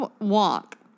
Walk